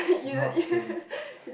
do not sing